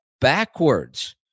backwards